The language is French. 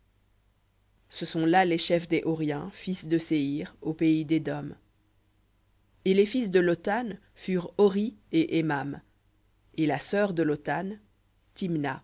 ce sont là les chefs des horiens fils de séhir au pays dédom et les fils de lotan furent hori et hémam et la sœur de lotan thimna